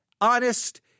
honest